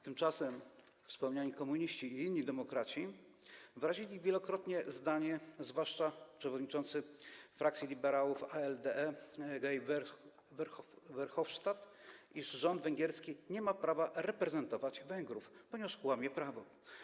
Tymczasem wspomniani komuniści i inni demokraci wyrazili wielokrotnie zdanie, zwłaszcza przewodniczący frakcji liberałów ALDE Guy Verhofstadt, iż rząd węgierski nie ma prawa reprezentować Węgrów, ponieważ łamie prawo.